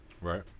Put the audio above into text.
right